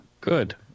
Good